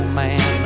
man